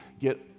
get